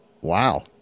Wow